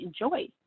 enjoy